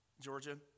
Georgia